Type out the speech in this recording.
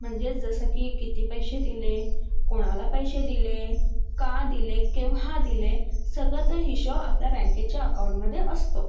म्हणजेच जसं की किती पैसे दिले कोणाला पैसे दिले का दिले केव्हा दिले सगळा तो हिशोब आपल्या बँकेच्या अकाउंटमध्ये असतो